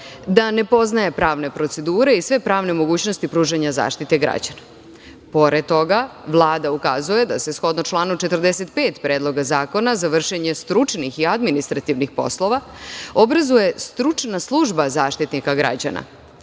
da ne poznaje pravne procedure i sve pravne mogućnosti pružanja zaštite građana. Pored toga, Vlada ukazuje da se, shodno članu 45. Predloga zakona, za vršenje stručnih i administrativnih poslova obrazuje stručna služba Zaštitnika građana.